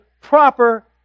proper